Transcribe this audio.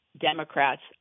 Democrats